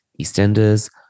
EastEnders